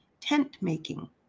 tent-making